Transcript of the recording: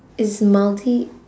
is maldives